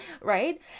right